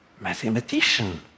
Mathematician